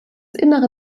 innere